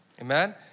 Amen